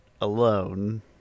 alone